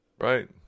Right